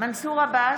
מנסור עבאס,